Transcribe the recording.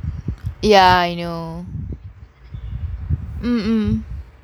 ya I know mm mm